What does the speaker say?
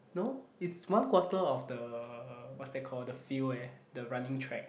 no it's one quarter of the what's that call the field eh the running track